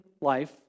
life